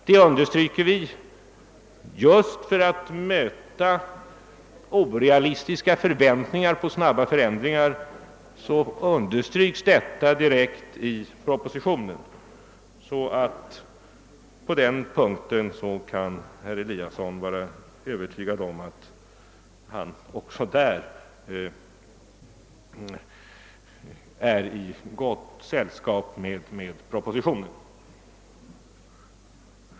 Vi understryker detta direkt i propositionen just för att möta orealistiska förväntningar om snabba förändringar. Herr Eliasson kan alltså vara övertygad om att han också på den punkten befinner sig i gott sällskap med regeringen.